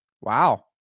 Wow